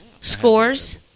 scores